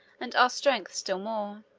and our strength still more.